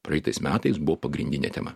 praeitais metais buvo pagrindinė tema